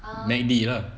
mac D lah